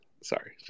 Sorry